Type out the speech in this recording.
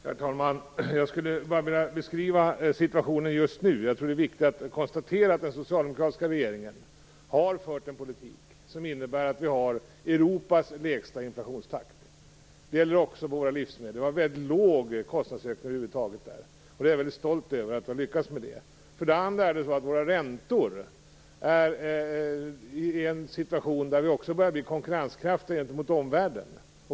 Herr talman! Jag skulle vilja beskriva situationen just nu. Jag tror nämligen att det är viktigt att konstatera att den socialdemokratiska regeringen har fört en politik som innebär att vi har Europas lägsta inflationstakt. Vi har också en väldigt liten kostnadsökning över huvud taget när det gäller våra livsmedel. Jag är väldigt stolt över att vi har lyckats med detta. Vidare är situationen vad gäller våra räntor sådan att vi börjar bli konkurrenskraftiga gentemot omvärlden.